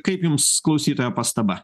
kaip jums klausytojo pastaba